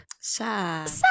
Sad